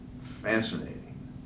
fascinating